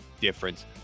difference